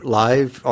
live